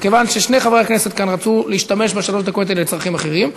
כיוון ששני חברי כנסת כאן רצו להשתמש בשלוש הדקות האלה לצרכים אחרים,